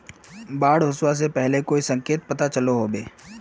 बाढ़ ओसबा से पहले कोई संकेत पता चलो होबे?